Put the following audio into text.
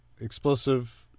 explosive